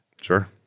Sure